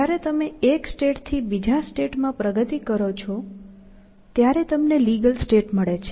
જ્યારે તમે એક સ્ટેટથી બીજા સ્ટેટમાં પ્રગતિ કરો છો ત્યારે તમને લીગલ સ્ટેટ મળે છે